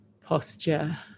posture